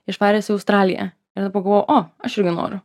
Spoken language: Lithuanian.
išvaręs į australiją tada pagalvojau o aš irgi noriu